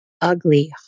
ugly